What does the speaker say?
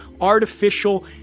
artificial